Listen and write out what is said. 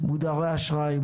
מודרי אשראי,